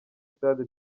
stade